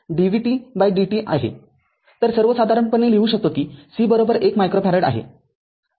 तर सर्वसाधारणपणे लिहू शकतो कि C १ मायक्रो फॅरड आहे